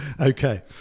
Okay